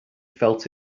felt